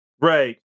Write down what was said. Right